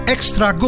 Extra